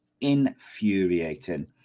infuriating